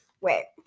wait